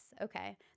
okay